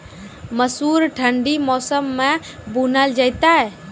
मसूर ठंडी मौसम मे बूनल जेतै?